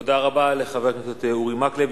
תודה רבה לחבר הכנסת אורי מקלב.